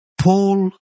Paul